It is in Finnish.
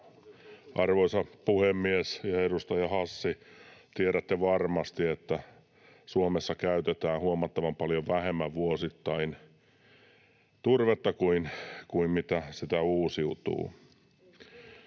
Arvoisa puhemies ja edustaja Hassi, tiedätte varmasti, että Suomessa käytetään vuosittain turvetta huomattavan paljon vähemmän kuin mitä sitä uusiutuu.